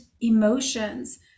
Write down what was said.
emotions